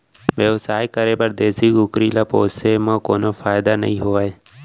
बेवसाय करे बर देसी कुकरी ल पोसे म कोनो फायदा नइ होवय